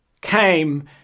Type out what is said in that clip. came